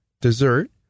dessert